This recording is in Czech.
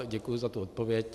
Děkuji za tu odpověď.